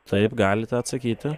taip galite atsakyti